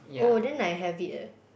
oh then I have it eh